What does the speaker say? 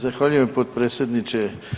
Zahvaljujem, potpredsjedniče.